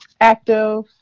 active